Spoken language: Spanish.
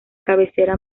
cabecera